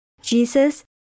Jesus